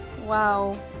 Wow